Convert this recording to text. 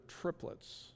triplets